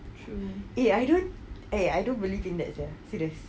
I don't eh I don't really think that sia serious